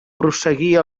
prosseguir